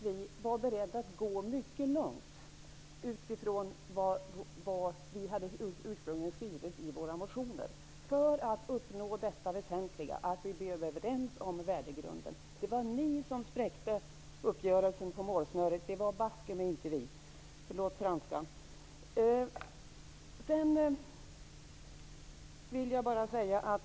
Vi var beredda att gå mycket långt utifrån vad vi ursprungligen hade skrivit i våra motioner för att uppnå detta väsentliga, att vi blev överens om värdegrunden. Det vet Tuve Skånberg. Det var ni som spräckte uppgörelsen vid målsnöret, det var baske mig inte vi -- ursäkta franskan.